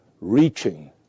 Reaching